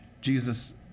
Jesus